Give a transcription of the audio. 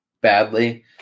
badly